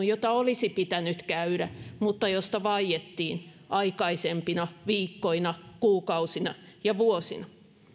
jota olisi pitänyt käydä mutta josta vaiettiin aikaisempina viikkoina kuukausina ja vuosina